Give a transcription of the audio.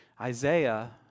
Isaiah